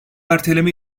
erteleme